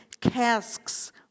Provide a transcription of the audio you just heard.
casks